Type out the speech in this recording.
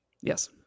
Yes